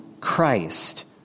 Christ